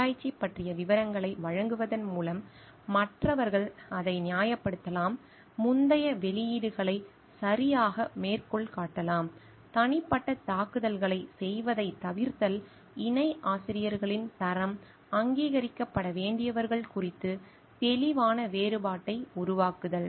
ஆராய்ச்சி பற்றிய விவரங்களை வழங்குவதன் மூலம் மற்றவர்கள் அதை நியாயப்படுத்தலாம் முந்தைய வெளியீடுகளை சரியாக மேற்கோள் காட்டலாம் தனிப்பட்ட தாக்குதல்களைச் செய்வதைத் தவிர்த்தல் இணை ஆசிரியர்களின் தரம் அங்கீகரிக்கப்பட வேண்டியவர்கள் குறித்து தெளிவான வேறுபாட்டை உருவாக்குதல்